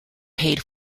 paid